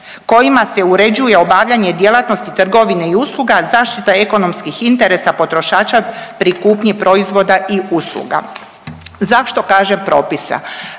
kojima se uređuje obavljanje djelatnosti trgovine i usluga, zaštita ekonomskih interesa potrošača pri kupnji proizvoda i usluga. Zašto kaže propisa?